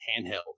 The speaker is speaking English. Handheld